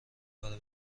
کار